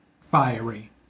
fiery